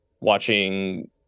watching